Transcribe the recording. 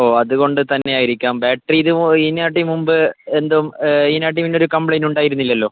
ഓ അതുകൊണ്ട് തന്നെയായിരിക്കാം ബാറ്ററി ഇത് ഈ ഞാട്ടി മുമ്പ് എന്തും ഈ ഞാട്ടി പിന്നൊരു കംപ്ലൈന്റ് ഉണ്ടായിരുന്നില്ലല്ലോ